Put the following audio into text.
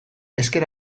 ezker